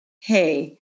hey